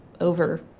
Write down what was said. over